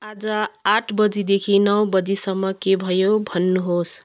आज आठ बजीदेखि नौ बजीसम्म के भयो भन्नुहोस्